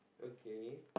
okay